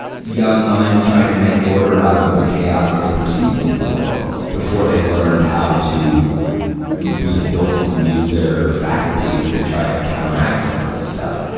young minds trying to make order out of the chaos they perceived in the world, before they learned how to be adults and use their faculties to try to counteract some of this stuff.